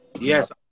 yes